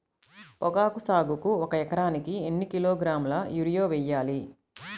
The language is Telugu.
పొగాకు సాగుకు ఒక ఎకరానికి ఎన్ని కిలోగ్రాముల యూరియా వేయాలి?